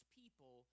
people